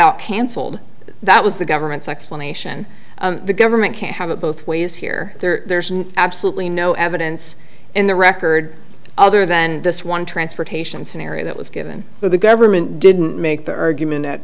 out cancelled that was the government's explanation the government can't have it both ways here there's absolutely no evidence in the record other than this one transportation scenario that was given for the government didn't make the argument